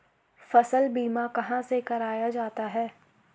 फसल बीमा कहाँ से कराया जाता है?